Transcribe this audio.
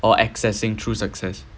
or accessing through success